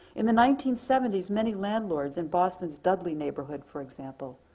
in the nineteen seventy many landlords in boston's dudley neighborhood for example,